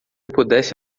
pudesse